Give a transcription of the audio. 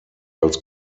als